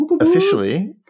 officially